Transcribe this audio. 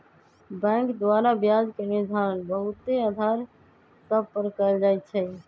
bank द्वारा ब्याज के निर्धारण बहुते अधार सभ पर कएल जाइ छइ